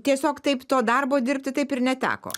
tiesiog taip to darbo dirbti taip ir neteko